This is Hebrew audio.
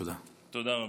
תודה רבה.